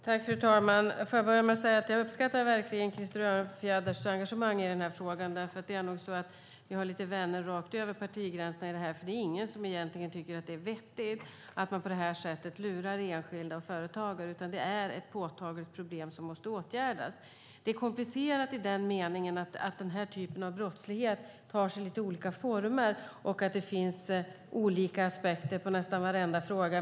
Fru talman! Jag vill börja med att säga att jag verkligen uppskattar Krister Örnfjäders engagemang i frågan. Vi har nog lite vänner rakt över partigränserna i den här frågan, för det är egentligen ingen som tycker att det är vettigt att man på det här sättet lurar enskilda företagare, utan det är ett påtagligt problem som måste åtgärdas. Det är komplicerat i den meningen att den här typen av brottslighet tar sig lite olika former och att det finns olika aspekter på nästan varenda fråga.